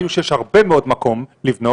-- ששם ראינו שיש הרבה מאוד מקום לבנות,